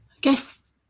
guess